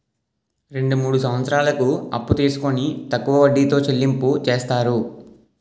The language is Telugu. రెండు మూడు సంవత్సరాలకు అప్పు తీసుకొని తక్కువ వడ్డీతో చెల్లింపు చేస్తారు